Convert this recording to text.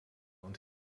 und